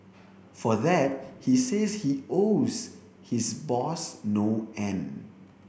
for that he says he owes his boss no end